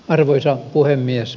arvoisa puhemies